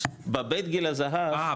בבית גיל הזהב -- אה,